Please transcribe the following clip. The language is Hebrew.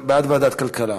ועדת כלכלה.